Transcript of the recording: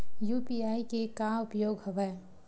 UPI के का उपयोग हवय?